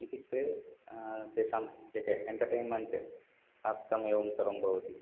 इत्युक्ते तेषां एकम् एण्टटैमन्टर्थम् एवं सर्वं भवति